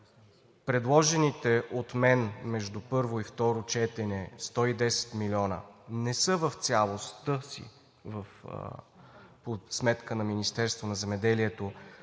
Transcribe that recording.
предложените от мен между първо и второ четене 110 милиона случайно не са в целостта си по сметката на Министерството на земеделието,